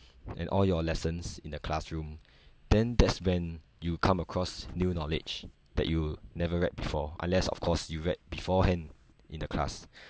and all your lessons in the classroom then that's when you come across new knowledge that you never read before unless of course you read beforehand in the class